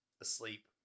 asleep